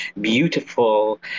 beautiful